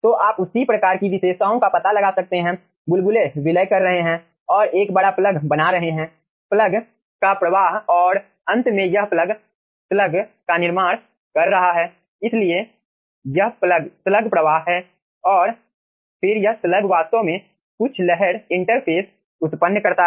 तो आप उसी प्रकार की विशेषताओं का पता लगा सकते हैं बुलबुले विलय कर रहे हैं और एक बड़ा प्लग बना रहे हैं प्लग का प्रवाह और अंत में यह प्लग स्लग का निर्माण कर रहा है इसलिए यह स्लग प्रवाह है और फिर यह स्लग वास्तव में कुछ लहर इंटरफ़ेस उत्पन्न करता हैं